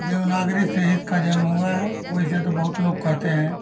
देवनागरी से इसका जन्म हुआ है वैसे तो बहुत लोग कहते हैं